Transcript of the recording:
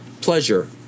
pleasure